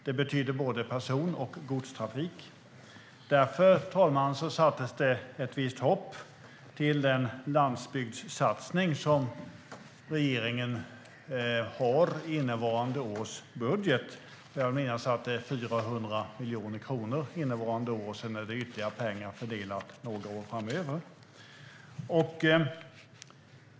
Det betyder både person och godstrafik. Därför, herr talman, sattes det ett visst hopp till den landsbygdssatsning som regeringen har i innevarande års budget. Jag vill minnas att det är 400 miljoner kronor innevarande år, och sedan är det ytterligare pengar som fördelas under några år framöver.